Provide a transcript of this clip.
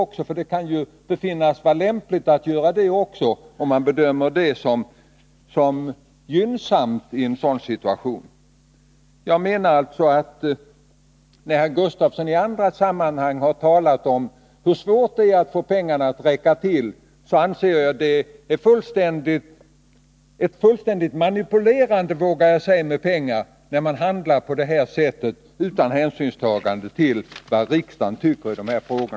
Också sådana inköp kan ju befinnas lämpliga och gynnsamma i en viss situation. När herr Gustafsson i andra sammanhang har talat om hur svårt det är att få pengarna att räcka till, anser jag att det är ett fullständigt manipulerande med pengar då han handlar på detta sätt. utan hänsyn till vad riksdagen tycker i dessa frågor.